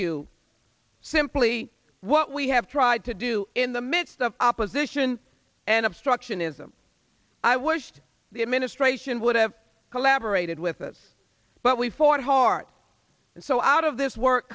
you simply what we have tried to do in the midst of opposition and obstructionism i wished the administration would have collaborated with us but we fought hard and so out of this work